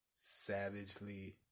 savagely